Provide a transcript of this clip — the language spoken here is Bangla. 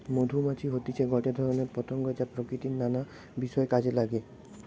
মধুমাছি হতিছে গটে ধরণের পতঙ্গ যা প্রকৃতির নানা বিষয় কাজে নাগে